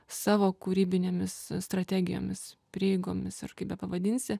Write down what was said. savo kūrybinėmis strategijomis prieigomis ir kaip bepavadinsi